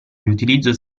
riutilizzo